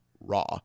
Raw